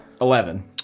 Eleven